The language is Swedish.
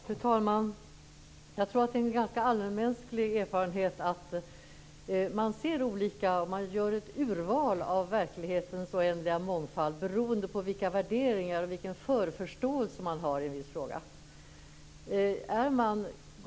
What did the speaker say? Fru talman! Jag tror att det är en ganska allmänmänsklig erfarenhet att man ser olika på och gör ett urval av verklighetens oändliga mångfald, beroende på vilka värderingar man har i en viss fråga.